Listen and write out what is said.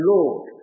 Lord